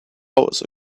hours